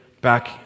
back